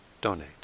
donate